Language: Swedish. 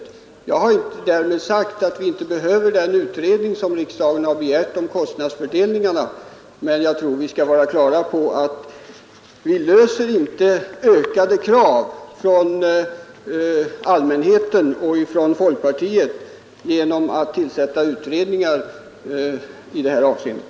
Jag har inte därmed sagt att vi inte behöver den utredning som riksdagen har begärt om kostnadsfördelningen, men jag tror vi skall vara på det klara med att vi möter inte ökade krav från allmänheten och från folkpartiet genom att tillsätta utredningar i det här avseendet.